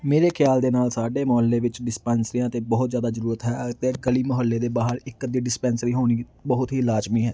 ਮੇਰੇ ਖਿਆਲ ਦੇ ਨਾਲ ਸਾਡੇ ਮੁਹੱਲੇ ਵਿੱਚ ਡਿਸਪੈਂਸਰੀਆਂ ਤੇ ਬਹੁਤ ਜ਼ਿਆਦਾ ਜ਼ਰੂਰਤ ਹੈ ਅਤੇ ਗਲੀ ਮੁਹੱਲੇ ਦੇ ਬਾਹਰ ਇੱਕ ਅੱਧੀ ਡਿਸਪੈਂਸਰੀ ਹੋਣੀ ਬਹੁਤ ਹੀ ਲਾਜ਼ਮੀ ਹੈ